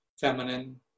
feminine